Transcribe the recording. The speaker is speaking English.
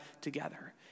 together